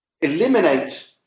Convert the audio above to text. eliminate